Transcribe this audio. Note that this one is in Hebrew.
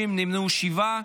נמנעו, שבעה.